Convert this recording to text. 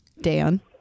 Dan